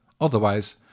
Otherwise